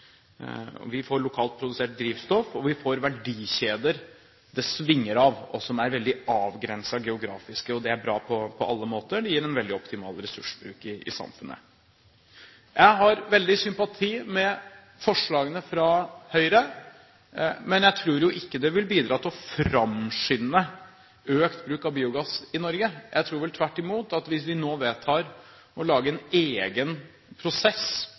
Vi får lokalt produsert drivstoff, vi får verdikjeder det svinger av, og som er veldig avgrenset geografisk. Det er bra på alle måter – det gir en veldig optimal ressursbruk i samfunnet. Jeg har veldig sympati for forslaget fra Høyre, men jeg tror ikke det vil bidra til å framskynde økt bruk av biogass i Norge. Jeg tror vel tvert imot at hvis vi nå vedtar å lage en egen prosess